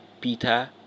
Peter